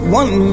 one